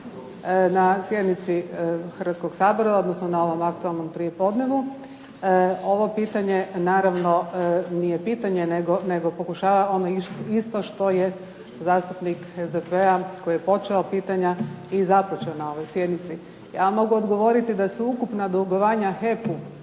na sjednici Hrvatskog sabora, odnosno na ovom aktualnom prijepodnevu. Ovo pitanje naravno nije pitanje, nego pokušava ono isto što je zastupnik SDP-a koji je počeo pitanje i započeo na ovoj sjednici. Ja mogu odgovoriti da su ukupna dugovanja HEP-u